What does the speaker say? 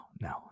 no